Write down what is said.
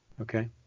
okay